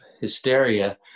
hysteria